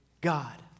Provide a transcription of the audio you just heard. God